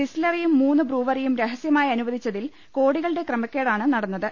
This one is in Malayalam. ഡിസ്റ്റിലറിയും മൂന്നു ബ്രൂവറിയും രഹസ്യമായി അനുവദിച്ചതിൽ കോടികളുടെ ക്രമക്കേടാണ് നടന്നത്